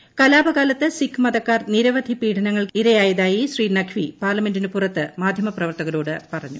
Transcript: നിരവധി കലാപകാലത്ത് സിഖ് മതക്കാർ പീഡനങ്ങൾക്കിരയായതായി ശ്രീ നഖ്വി പാർലമെന്റിന് പുറത്ത് മാധ്യമപ്രവർത്തകരോട് പറഞ്ഞു